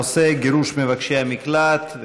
הנושא: גירוש מבקשי המקלט.